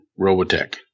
Robotech